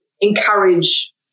encourage